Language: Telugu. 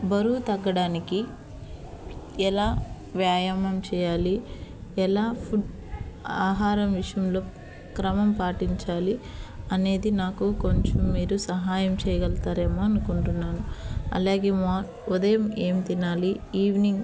బరువు తగ్గడానికి ఎలా వ్యాయామం చేయాలి ఎలా ఫుడ్ ఆహారం విషయంలో క్రమం పాటించాలి అనేది నాకు కొంచెం మీరు సహాయం చేయగలతారేమో అనుకుంటున్నాను అలాగే మా ఉదయం ఏమి తినాలి ఈవెనింగ్